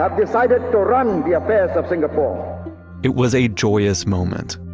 um decided to run the affairs of singapore it was a joyous moment,